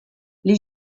les